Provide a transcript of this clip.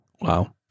Wow